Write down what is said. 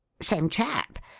same chap.